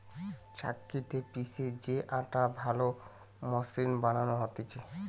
চাক্কিতে পিষে যে আটা ভালো মসৃণ বানানো হতিছে